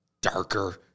darker